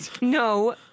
No